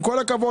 עם כל הכבוד.